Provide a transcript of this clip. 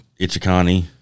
Ichikani